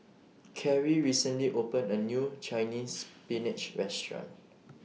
Cary recently opened A New Chinese Spinach Restaurant